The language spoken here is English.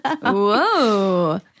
Whoa